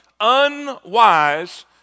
unwise